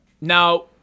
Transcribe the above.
Now